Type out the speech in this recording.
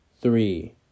three